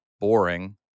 boring